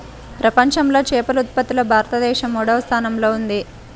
ప్రపంచంలో చేపల ఉత్పత్తిలో భారతదేశం మూడవ స్థానంలో ఉంది